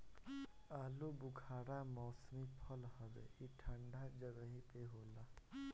आलूबुखारा मौसमी फल हवे ई ठंडा जगही पे होला